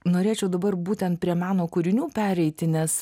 norėčiau dabar būtent prie meno kūrinių pereiti nes